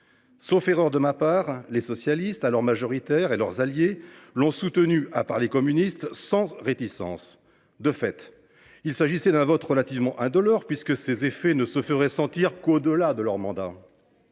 Sauf erreur de ma part, les socialistes, alors majoritaires, et leurs alliés – à l’exception des communistes – l’ont soutenue sans réticence. De fait, il s’agissait d’un vote relativement indolore, puisque ses effets ne se feraient sentir qu’au delà de leur mandat